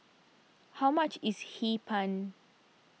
how much is Hee Pan